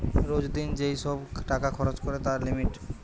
রোজ দিন যেই সব টাকা খরচ করে তার লিমিট